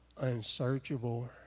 unsearchable